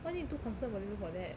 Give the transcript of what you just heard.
why need two consistent value for that